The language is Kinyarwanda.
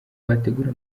bategura